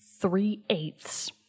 three-eighths